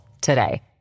today